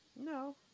No